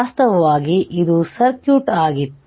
ವಾಸ್ತವವಾಗಿ ಇದು ಸರ್ಕ್ಯೂಟ್ ಆಗಿತ್ತು